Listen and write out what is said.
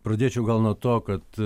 pradėčiau gal nuo to kad